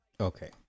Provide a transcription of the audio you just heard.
Okay